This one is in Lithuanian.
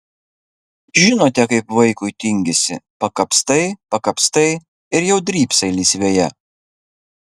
žinote kaip vaikui tingisi pakapstai pakapstai ir jau drybsai lysvėje